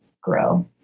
grow